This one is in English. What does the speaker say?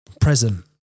Present